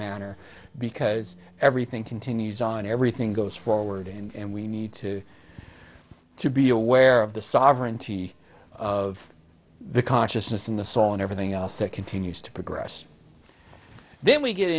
manner because everything continues on everything goes forward and we need to to be aware of the sovereignty of the consciousness in the song and everything else that continues to progress then we get